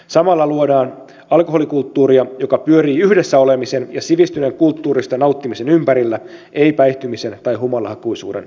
samalla luodaan alkoholikulttuuria joka pyörii yhdessä olemisen ja sivistyneen kulttuurista nauttimisen ympärillä ei päihtymisen tai humalahakuisuuden ympärillä